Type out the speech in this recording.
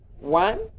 one